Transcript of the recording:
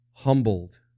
humbled